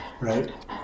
Right